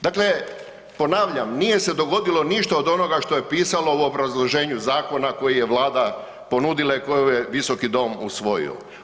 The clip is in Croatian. Dakle ponavljam, nije se dogodilo ništa od onoga što je pisalo u obrazloženju zakona koji je Vlada ponudila i kojega je Visoki dom usvojio.